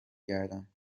گردم